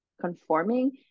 conforming